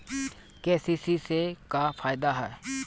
KCC से का फायदा ह?